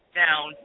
down